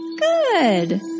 Good